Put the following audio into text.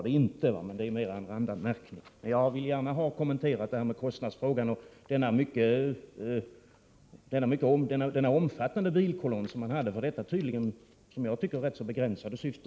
Det är dock mera en randanmärkning, men jag vill gärna ha en kommentar beträffande kostnaderna för den omfattande bilkolonnen för detta enligt min mening mycket begränsade syfte.